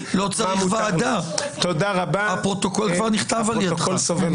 לא צריך ועדה, הפרוטוקול כבר נכתב על ידך.